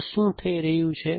તો શું થઈ રહ્યું છે